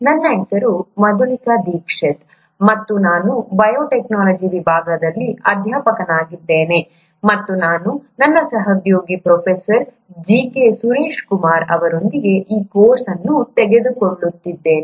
ನನ್ನ ಹೆಸರು ಮಧುಲಿಕಾ ದೀಕ್ಷಿತ್ ಮತ್ತು ನಾನು ಬಯೋಟೆಕ್ನಾಲಜಿ ವಿಭಾಗದಲ್ಲಿ ಅಧ್ಯಾಪಕನಾಗಿದ್ದೇನೆ ಮತ್ತು ನಾನು ನನ್ನ ಸಹೋದ್ಯೋಗಿ professor G K Suresh Kumar ಅವರೊಂದಿಗೆ ಈ ಕೋರ್ಸ್ ಅನ್ನು ತೆಗೆದುಕೊಳ್ಳುತ್ತಿದ್ದೇನೆ